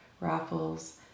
raffles